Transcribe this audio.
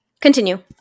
continue